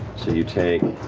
so you take